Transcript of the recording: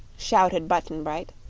shouted button-bright,